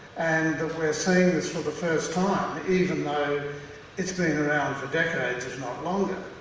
and we're seeing this for the first time, even though it's been around for decades, if not longer,